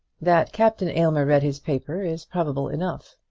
that captain aylmer read his paper is probable enough.